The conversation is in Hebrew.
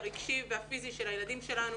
הרגשי והפיזי של הילדים שלנו.